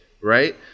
right